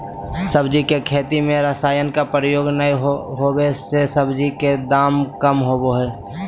सब्जी के खेती में रसायन के प्रयोग नै होबै से सब्जी के दाम कम होबो हइ